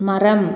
மரம்